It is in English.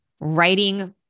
writing